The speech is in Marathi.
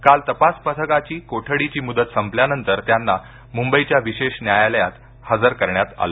काल तपास पथकाची कोठडीची मुदत संपल्यानंतर त्यांना मुंबईच्या विशेष न्यायालयात हजर करण्यात आलं